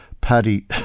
Paddy